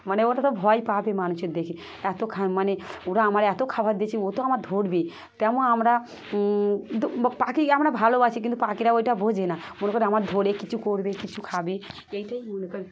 মানে ওটা তো ভয় পাবে মানুষের দেখে এত মানে ওরা আমার এত খাবার দিয়েছে ও তো আমার ধরবে তেমন আমরা পাখি আমরা ভালোবাসি কিন্তু পাখিরা ওইটা বোঝে না মনে করে আমার ধরে কিছু করবে কিছু খাবে এইটাই মনে করে